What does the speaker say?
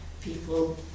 people